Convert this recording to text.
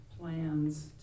plans